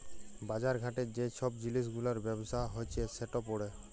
বাজার ঘাটে যে ছব জিলিস গুলার ব্যবসা হছে সেট পড়ে